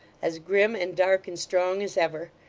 as grim and dark and strong as ever,